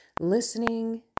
listening